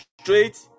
straight